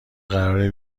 قراره